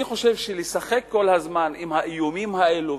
אני חושב שלשחק כל הזמן עם האיומים האלה,